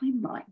timeline